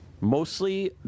Mostly